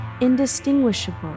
indistinguishable